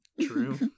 True